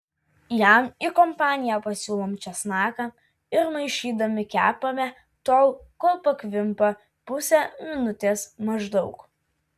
jam į kompaniją pasiūlom česnaką ir maišydami kepame tol kol pakvimpa pusę minutės maždaug